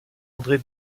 andrée